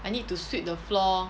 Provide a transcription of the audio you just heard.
I need to sweep the floor